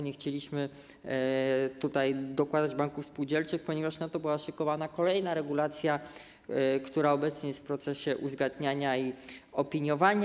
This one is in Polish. Nie chcieliśmy tutaj dokładać banków spółdzielczych, ponieważ na to była szykowana kolejna regulacja, która obecnie jest w procesie uzgadniania i opiniowania.